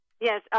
Yes